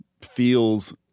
feels